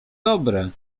dobre